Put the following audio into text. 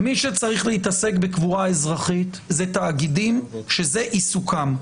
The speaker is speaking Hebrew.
מי שצריך להתעסק בקבורה אזרחית הם תאגידים שזה עיסוקם.